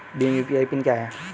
Bhim UPI PIN क्या है?